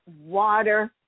Water